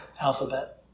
alphabet